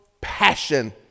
passion